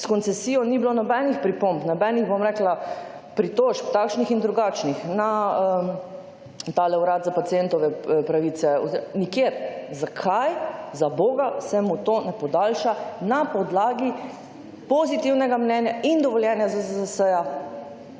s koncesijo ni bilo nobenih pripomb, nobenih, bom rekla, pritožb takšnih in drugačnih na tale urad za pacientove pravice nikjer, zakaj za boga se mu to ne podaljša na podlagi pozitivnega mnenja in dovoljenja ZZZS-ja